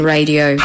Radio